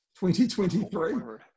2023